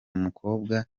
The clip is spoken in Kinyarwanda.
mukobwa